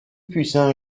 puissants